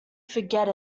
forget